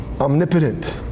omnipotent